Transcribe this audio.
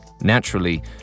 Naturally